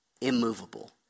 immovable